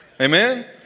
Amen